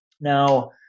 Now